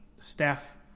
staff